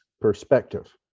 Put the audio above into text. perspective